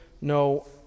no